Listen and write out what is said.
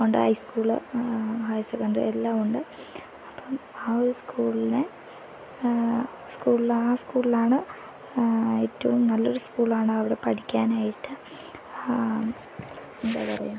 ഉണ്ട് high school higher secondary എല്ലാം ഉണ്ട് അപ്പം ആ ഒരു സ്കൂളിനെ സ്കൂളിൽ ആ സ്കൂളിലാണ് ഏറ്റവും നല്ലൊരു സ്കൂളാണ് അവിടെ പഠിക്കാനായിട്ട് എന്താ പറയുക